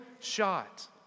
shot